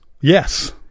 yes